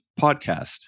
podcast